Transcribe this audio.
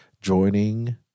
joining